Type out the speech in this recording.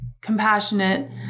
compassionate